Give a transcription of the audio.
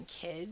kids